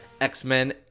X-Men